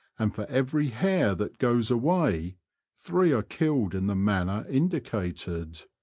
and for every hare that goes away three are killed in the manner in dicated.